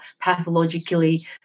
pathologically